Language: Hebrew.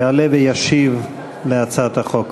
יעלה וישיב על הצעת החוק.